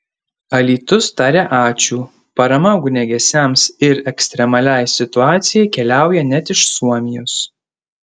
alytus taria ačiū parama ugniagesiams ir ekstremaliai situacijai keliauja net iš suomijos